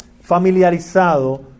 familiarizado